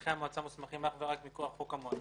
פקחי המועצה מוסמכים אך ורק מכוח חוק המועצה,